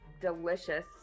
delicious